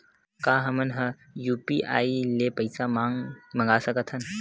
का हमन ह यू.पी.आई ले पईसा मंगा सकत हन?